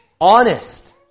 honest